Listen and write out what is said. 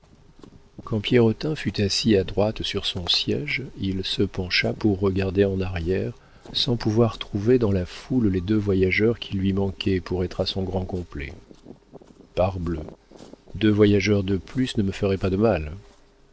quand pierrotin fut assis à droite sur son siége il se pencha pour regarder en arrière sans pouvoir trouver dans la foule les deux voyageurs qui lui manquaient pour être à son grand complet parbleu deux voyageurs de plus ne me feraient pas de mal